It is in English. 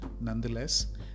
Nonetheless